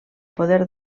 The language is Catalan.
poder